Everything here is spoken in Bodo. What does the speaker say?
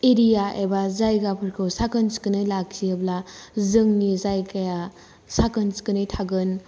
एरिया एबा जायगाफोरखौ साखोन सिखोनै लाखियोब्ला जोंनि जायगाया साखोन सिखोनै थागोन